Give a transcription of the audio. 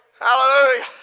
Hallelujah